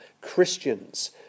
Christians